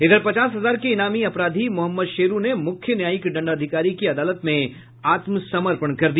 इधर पचास हजार के इनामी अपराधी मोहम्मद शेरू ने मुख्य न्यायिक दंडाधिकारी की अदालत में आत्मसमर्पण कर दिया